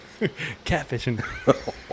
Catfishing